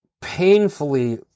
painfully